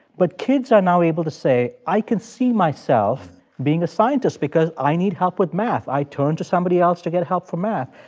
but kids are now able to say, i could see myself being a scientist because i need help with math. i turn to somebody else to get help for math.